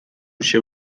się